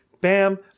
bam